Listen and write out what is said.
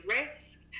risk